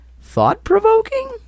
thought-provoking